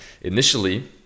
Initially